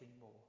more